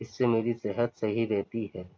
اس سے میری صحت صحیح رہتی ہے